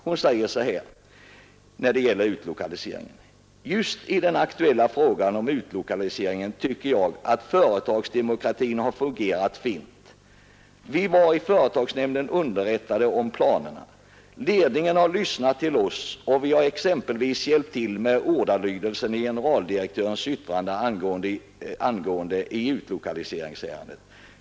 Hon säger i fråga om utlokaliseringen: ”Just i den aktuella frågan om utlokaliseringen tycker jag att företagsdemokratin har fungerat fint. Vi var i företagsnämnden underrättade om planerna. Ledningen har lyssnat till oss, och vi har exempelvis hjälpt till med ordalydelsen i generaldirektörens yttrande i utlokaliseringsärendet.